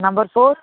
number four